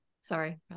Sorry